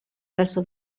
verso